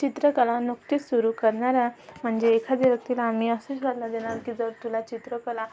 चित्रकला नुकतीच सुरू करणाऱ्या म्हणजे एखाद्या व्यक्तीला आम्ही असं सांगण्यात येणार की जर तुला चित्रकला